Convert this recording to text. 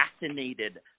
fascinated